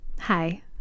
Hi